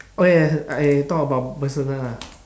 okay I talk about personal lah